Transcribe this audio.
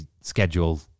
schedule